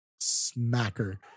smacker